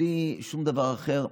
בלי שום דבר אחר.